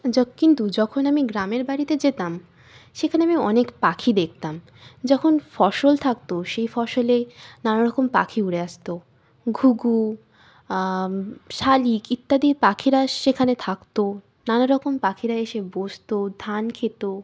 য কিন্তু যখন আমি গ্রামের বাড়িতে যেতাম সেখানে আমি অনেক পাখি দেখতাম যখন ফসল থাকতো সেই ফসলে নানাারকম পাখি উড়ে আসতো ঘুঘু শালিক ইত্যাদি পাখিরা সেখানে থাকত নানারকম পাখিরা এসে বসত ধান খেত